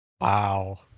Wow